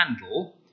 handle